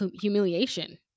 humiliation